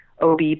OB